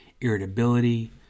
irritability